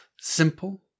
simple